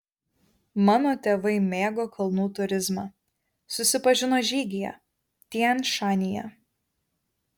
mano tėvai mėgo kalnų turizmą susipažino žygyje tian šanyje